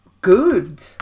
good